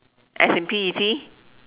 as in P E T